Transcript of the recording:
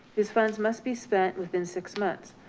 these funds must be spent within six months.